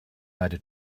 leide